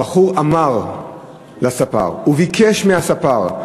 הבחור אמר לספר וביקש מהספר: